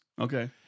Okay